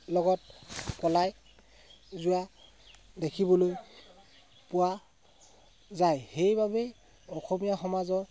লগত পলাই যোৱা দেখিবলৈ পোৱা যায় সেইবাবেই অসমীয়া সমাজৰ